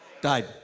Died